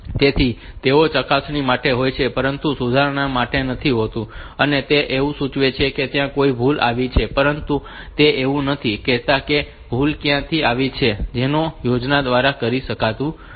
તેથી તેઓ ચકાસણી માટે હોય છે પરંતુ સુધારણા માટે નથી હોતું અને તે એવું સૂચવે છે કે ત્યાં કોઈક ભૂલ આવી છે પરંતુ તે એવું નથી કહેતા કે ભૂલ ક્યાં આવી છે જેને આ યોજનાઓ દ્વારા કહી શકાતું નથી